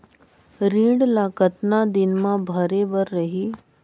ऋण ला कतना दिन मा भरे बर रही?